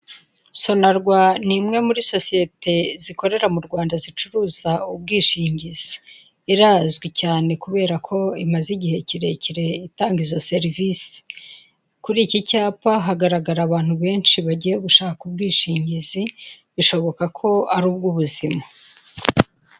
Sonarwa ni imwe muri sosiyete zikorera mu Rwanda zicuruza ubwishingizi, irazwi cyane kubera ko imaze igihe kirekire itanga izo serivisi kuri iki cyapa hagaragara abantu benshi bagiye gushaka ubwishingizi bishoboka ko ari ubw'ubuzima.